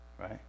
right